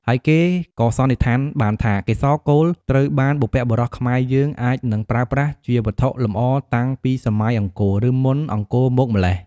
ហើយគេក៏សន្និដ្ឋានបានថា កេសរកូល ត្រូវបានបុព្វបុរសខ្មែរយើង អាចនឹងប្រើប្រាស់ជាវត្ថុលម្អតាំងពីសម័យអង្គរ ឬមុនអង្គរមកម៉្លេះ។